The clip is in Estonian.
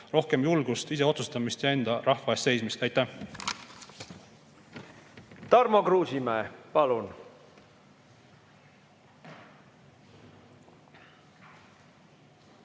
Rohkem julgust, ise otsustamist ja enda rahva eest seismist! Aitäh! Tarmo Kruusimäe, palun!